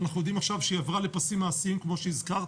אנחנו יודעים עכשיו שהיא עברה לפסים מעשיים כמו שהזכרתי,